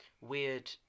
weird